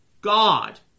God